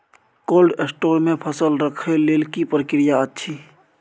Cold store मे फसल रखय लेल की प्रक्रिया अछि?